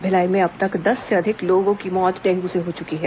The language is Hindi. भिलाई में अब तक दस से अधिक लोगों की डेंगू से मौत हो चुकी है